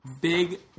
big